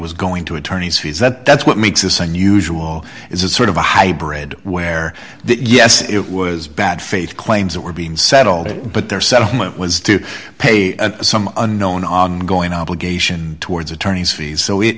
was going to attorney's fees that's what makes this unusual is a sort of a hybrid where yes it was bad faith claims that were being settled but their settlement was to pay some unknown ongoing obligation towards attorney's fees so it